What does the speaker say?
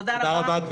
תודה רבה.